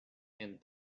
and